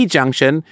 Junction